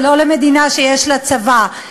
ולא למדינה שיש לה צבא.